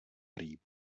prý